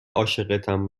عاشقتم